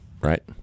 Right